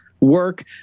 work